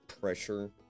pressure